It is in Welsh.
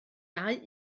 dau